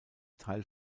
teil